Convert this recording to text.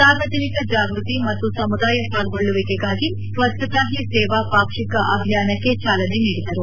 ಸಾರ್ವಜನಿಕ ಜಾಗೃತಿ ಮತ್ತು ಸಮುದಾಯ ಪಾಲ್ಗೊಳ್ಳುವಿಕೆಗಾಗಿ ಸ್ವಜ್ಜತಾ ಹೀ ಸೇವಾ ಪಾಕ್ಷಿಕ ಅಭಿಯಾನಕ್ಕೆ ಚಾಲನೆ ನೀಡಿದರು